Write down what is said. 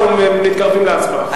אנחנו מתקרבים להצבעה.